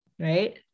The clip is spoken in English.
right